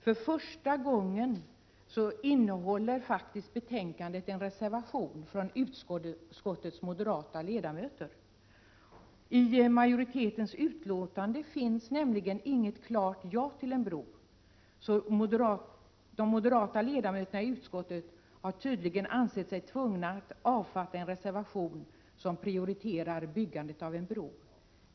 För första gången innehåller betänkandet en reservation från utskottets moderata ledamöter. I majoritetens utlåtande finns nämligen inget klart ja till en bro. De moderata ledamöterna i utskottet har tydligen ansett sig tvungna att avfatta en reservation, i vilken de prioriterar byggandet av en bro.